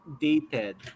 dated